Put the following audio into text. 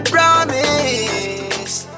Promise